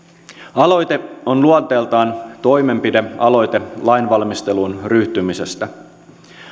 aloite on luonteeltaan toimenpidealoite lainvalmisteluun ryhtymisestä